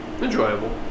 Enjoyable